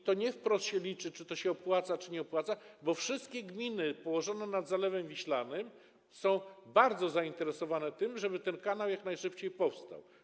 I nie wprost się liczy, czy to się opłaca, czy to się nie opłaca, bo wszystkie gminy położone nad Zalewem Wiślanym są bardzo zainteresowane tym, żeby ten kanał jak najszybciej powstał.